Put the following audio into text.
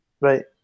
right